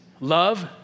love